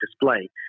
Display